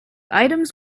items